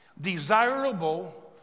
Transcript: desirable